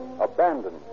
abandoned